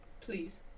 Please